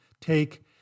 take